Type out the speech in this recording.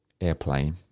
airplane